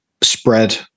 spread